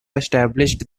established